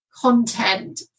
content